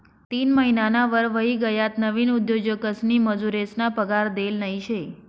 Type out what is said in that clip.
तीन महिनाना वर व्हयी गयात नवीन उद्योजकसनी मजुरेसना पगार देल नयी शे